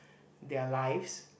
their lives